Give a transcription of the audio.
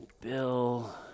Bill